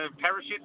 parachute